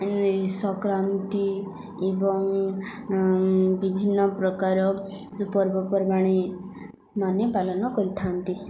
ସଂକ୍ରାନ୍ତି ଏବଂ ବିଭିନ୍ନ ପ୍ରକାର ପର୍ବପର୍ବାଣୀମାନେ ପାଳନ କରିଥାନ୍ତି